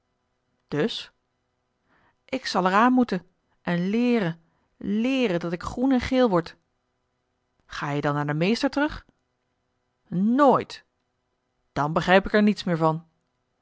dus ik zal er aan moeten en leeren leeren dat ik groen en geel word ga-je dan naar den meester terug nooit dan begrijp ik er niets meer van